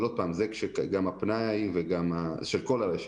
אבל עוד פעם זה גם הפנאי, של כל הרשת.